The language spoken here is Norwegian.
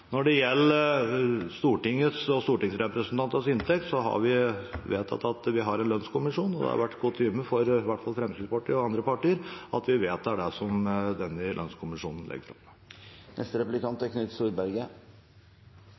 Når det gjelder Stortinget og stortingsrepresentantenes inntekt, har vi vedtatt at vi har en lønnskommisjon, og det er kutyme, i hvert fall for Fremskrittspartiet og andre partier, at vi vedtar det som denne lønnskommisjonen legger fram. Siden det er